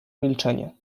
milczenie